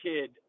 kid